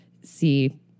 see